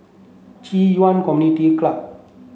Ci Yuan Community Club